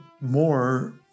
more